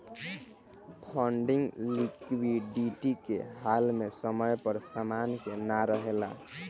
funding liquidity के हाल में समय पर समान के ना रेहला